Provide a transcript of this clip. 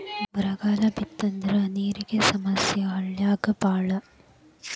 ಬರಗಾಲ ಬಿತ್ತಂದ್ರ ನೇರಿನ ಸಮಸ್ಯೆ ಹಳ್ಳ್ಯಾಗ ಬಾಳ